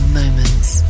moments